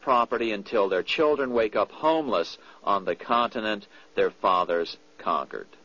property until their children wake up homeless on the continent their fathers conquered